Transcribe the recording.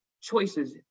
choices